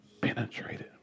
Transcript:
penetrated